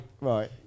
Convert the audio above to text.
Right